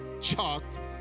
chalked